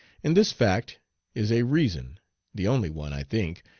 in this fact is a reason the only one, i think,